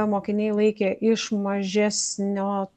mokiniai laikė iš mažesnio